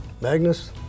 Magnus